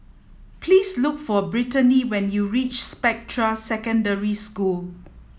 please look for Brittanie when you reach Spectra Secondary School